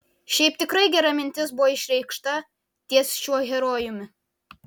šiaip tikrai gera mintis buvo išreikšta ties šiuo herojumi